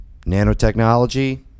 Nanotechnology